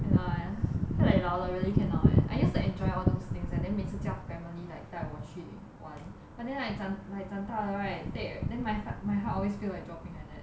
and I feel like 老了 really cannot leh I used to enjoy all those things and then 每次叫 family like 带我去 [one] but then like 长 like 长大了 right there then my my heart always feel like dropping like that